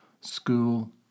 School